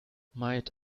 might